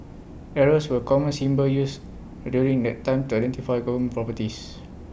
arrows were common symbols used during that time to identify government properties